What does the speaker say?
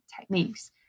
techniques